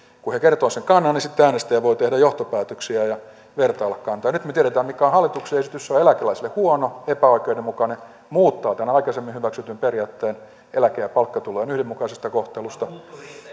kun he kertovat sen kannan niin sitten äänestäjä voi tehdä johtopäätöksiä ja vertailla kantoja nyt me tiedämme mikä on hallituksen esitys se on eläkeläisille huono epäoikeudenmukainen muuttaa tämän aikaisemmin hyväksytyn periaatteen eläke ja palkkatulojen yhdenmukaisesta kohtelusta